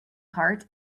cart